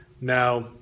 now